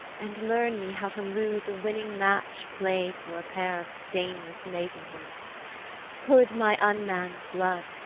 and learn me how to lose a winning match, play'd for a pair of stainless maidenhoods hood my unmann'd blood,